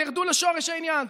תרדו לשורש העניין,